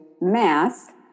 math